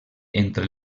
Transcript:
entre